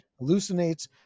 hallucinates